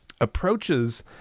approaches